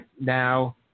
now